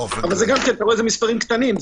זה מספרים קטנים.